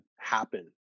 happen